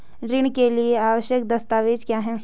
ऋण के लिए आवश्यक दस्तावेज क्या हैं?